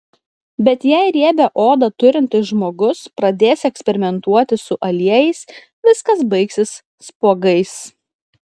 bet jei riebią odą turintis žmogus pradės eksperimentuoti su aliejais viskas baigsis spuogais